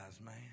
man